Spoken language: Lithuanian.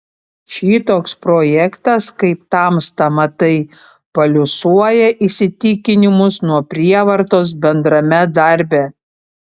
šitoks projektas kaip tamsta matai paliuosuoja įsitikinimus nuo prievartos bendrame darbe